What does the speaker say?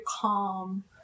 calm